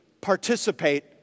participate